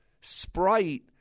Sprite